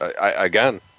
Again